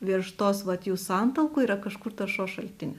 virš tos vat jų santalkų yra kažkur taršos šaltinis